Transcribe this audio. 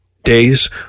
Days